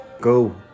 Go